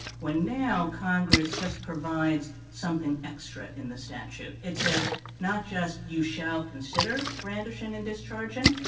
when now congress just provides something extra in the statute? it says, not just you shall consider brandishing and discharging,